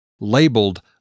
labeled